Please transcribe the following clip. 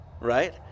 Right